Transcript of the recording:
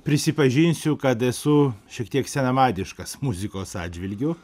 prisipažinsiu kad esu šiek tiek senamadiškas muzikos atžvilgiu